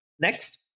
next